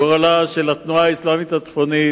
גורלה של התנועה האסלאמית הצפונית